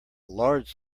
large